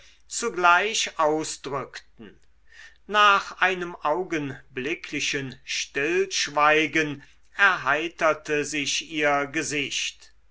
zugleich ausdrückten nach einem augenblicklichen stillschweigen erheiterte sich ihr gesicht